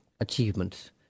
Achievements